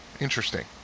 interesting